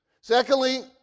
Secondly